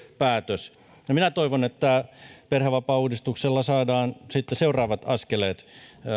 päätös ja minä toivon että perhevapaauudistuksella saadaan sitten seuraavat askeleet